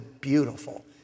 beautiful